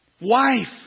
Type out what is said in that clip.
wife